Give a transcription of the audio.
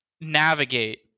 navigate